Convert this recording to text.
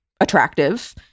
attractive